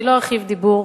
אני לא ארחיב בדיבור,